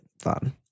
fun